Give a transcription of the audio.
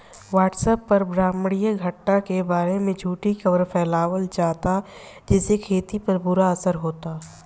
WhatsApp पर ब्रह्माण्डीय घटना के बारे में झूठी खबर फैलावल जाता जेसे खेती पर बुरा असर होता